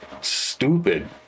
stupid